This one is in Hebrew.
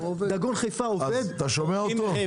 אתה שומע אותו?